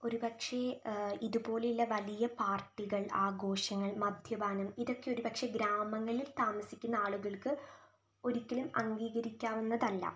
ഒരു പക്ഷേ ഇതുപോലെയുള്ള വലിയ പാർട്ടികൾ ആഘോഷങ്ങൾ മദ്യപാനം ഇതൊക്കെ ഒരു പക്ഷേ ഗ്രാമങ്ങളിൽ താമസിക്കുന്ന ആളുകൾക്ക് ഒരിക്കലും അംഗീകരിക്കാവുന്നതല്ല